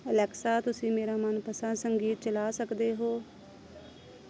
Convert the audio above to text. Alexa ਤੁਸੀਂ ਮੇਰਾ ਮਨਪਸੰਦ ਸੰਗੀਤ ਚਲਾ ਸਕਦੇ ਹੋ